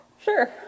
Sure